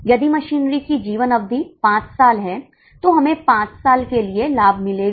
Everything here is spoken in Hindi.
यदि मशीनरी की जीवन अवधि 5 साल है तो हमें 5 साल के लिए लाभ मिलेगा